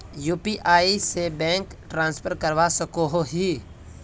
UPI से bank transfer करवा सकोहो ही?